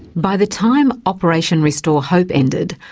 by the time operation restore hope ended,